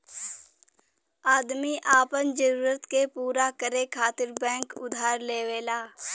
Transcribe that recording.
आदमी आपन जरूरत के पूरा करे खातिर बैंक उधार लेवला